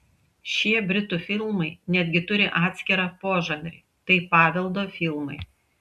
šie britų filmai netgi turi atskirą požanrį tai paveldo filmai